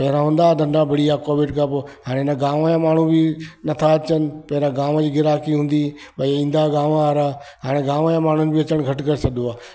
पहिरियां हूंदा हुआ धंधा बढ़िया कोविड खां पोइ हाणे न गांव जा माण्हू बि न था अचनि पहिरियां गांव जी ग्राहकी हूंदी हुई भाई ईंदा गांव वारा हाने गांव जे माण्हुनि बि अचणु घटि करे छॾियो आहे